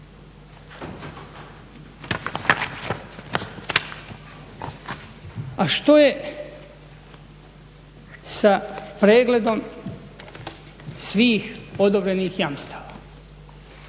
A što je sa pregledom svih odobrenih jamstava,